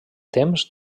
temps